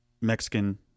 Mexican